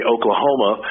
Oklahoma